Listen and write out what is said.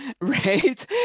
right